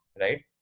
right